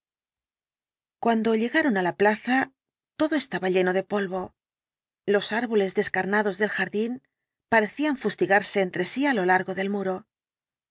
cuando llegaron á la plaza todo estaba lleno de polvo los árboles descarnados del jardín parecían fustigarse entre sí á lo largo del muro